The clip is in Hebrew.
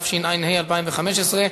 התשע"ה 2015,